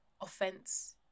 offense